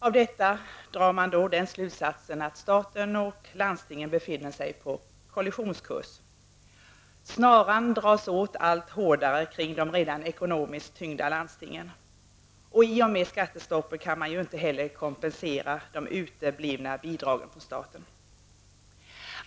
Av detta drar man slutsatsen att staten och landstingen befinner sig på kollisionskurs. Snaran dras åt allt hårdare kring de redan ekonomiskt tyngda landstingen. I och med skattestoppet kan man inte heller kompensera de uteblivna bidragen från staten.